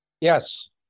Yes